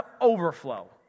overflow